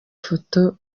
foto